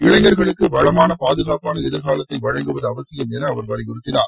இளைஞர்களுக்கு வளமான பாதுகாப்பாள எதிர்காலத்தை வழங்குவது அவசியம் என அவர் வலியுறுத்தினார்